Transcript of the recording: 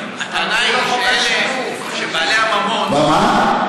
הטענה היא שבעלי הממון, מה?